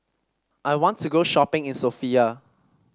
I want to go shopping in Sofia